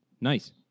Nice